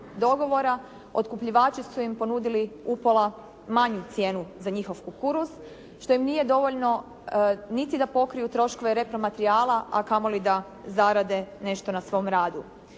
dogovora, otkupljivači su im ponudili upola manju cijenu za njihov kukuruz što im nije dovoljno niti da pokriju troškove repromaterijala, a kamo li da zarade nešto na svom radu.